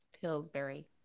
Pillsbury